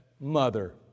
Mother